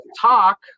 talk